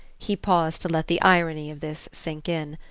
he paused to let the irony of this sink in.